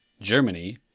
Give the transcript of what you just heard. Germany